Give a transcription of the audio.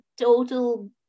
total